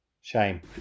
shame